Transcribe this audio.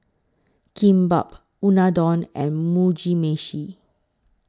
Kimbap Unadon and Mugi Meshi